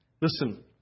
Listen